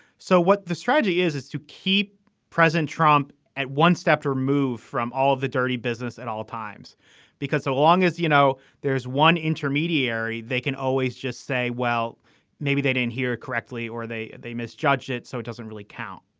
so what the strategy is is to keep president trump at one step removed from all of the dirty business at all times because so long as you know there's one intermediary they can always just say well maybe they didn't hear correctly or they they misjudged it so it doesn't really count